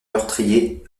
meurtrier